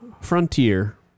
frontier